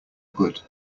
good